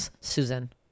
Susan